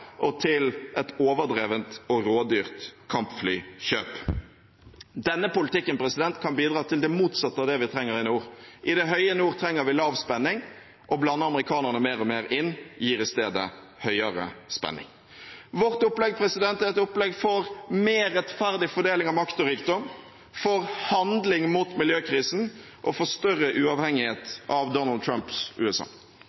og til et overdrevent og rådyrt kampflykjøp. Denne politikken kan bidra til det motsatte av det vi trenger i nord. I det høye nord trenger vi lav spenning. Å blande amerikanerne mer og mer inn gir i stedet høyere spenning. Vårt opplegg er et opplegg for mer rettferdig fordeling av makt og rikdom, for handling mot miljøkrisen og for større